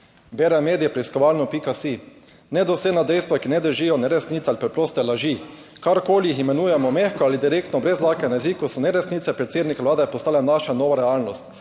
»Nedoslednosti, dejstva, ki ne držijo, neresnice ali preprosto laži. Karkoli jih imenujemo, mehko ali direktno brez dlake na jeziku, so neresnice predsednika vlade postala naša nova realnost.